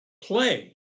play